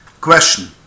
question